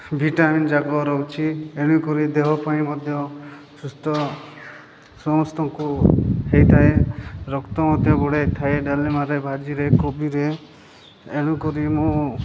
vitamin ଯାକ ରହୁଛି ଏଣୁକରି ଦେହ ପାଇଁ ମଧ୍ୟ ସୁସ୍ଥ ସମସ୍ତଙ୍କୁ ହୋଇଥାଏ ରକ୍ତ ମଧ୍ୟ ବଢ଼ାଇ ଥାଏ ଡାଲ୍ମାରେ ଭାଜିରେ କୋବିରେ ଏଣୁକରି ମୁଁ